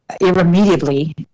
irremediably